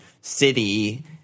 City